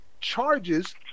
Charges